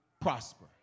prosper